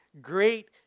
great